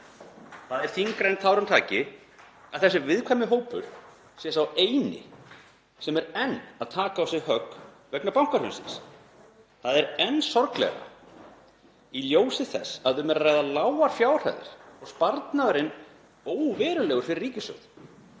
Það er þyngra en tárum taki að þessi viðkvæmi hópur sé sá eini sem enn er að taka á sig högg vegna bankahrunsins. Það er enn sorglegra í ljósi þess að um er að ræða lágar fjárhæðir og sparnaðurinn óverulegur fyrir ríkissjóð.